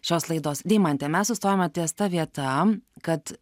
šios laidos deimante mes sustojome ties ta vieta kad